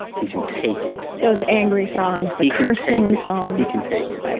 he can take it those angry psalms, the cursing psalms he can take it.